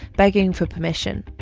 begging for permission,